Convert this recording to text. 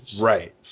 Right